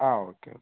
ആ okay okay